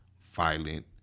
violent